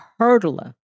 hurdler